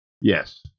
Yes